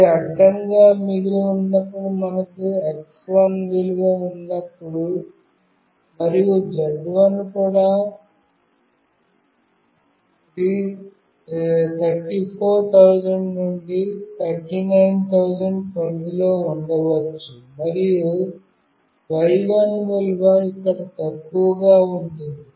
ఇది హారిజాంటల్ గా మిగిలి ఉన్నప్పుడు మనకు x1 విలువ ఉన్నప్పుడు మరియు z1 కూడా 34000 నుండి 39000 పరిధిలో చూడవచ్చు మరియు y1 విలువ ఇక్కడ తక్కువగా ఉంటుంది